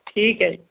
ਠੀਕ ਹੈ ਜੀ